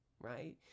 right